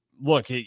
Look